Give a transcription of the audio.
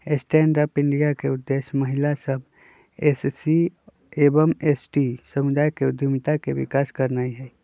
stand up India के उद्देश्य महिला सभ, एस.सी एवं एस.टी समुदाय में उद्यमिता के विकास करनाइ हइ